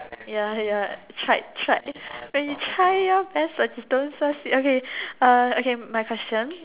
ya ya tried tried when you try your best but you don't succeed okay uh okay my question